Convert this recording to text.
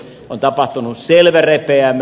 on tapahtunut selvä repeämä